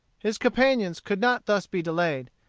his companions could not thus be delayed.